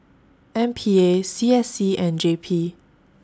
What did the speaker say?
M P A C S C and J P